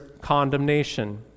condemnation